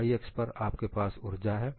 y अक्ष पर आपके पास ऊर्जा है